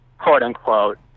quote-unquote